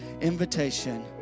invitation